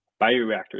bioreactors